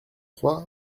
trois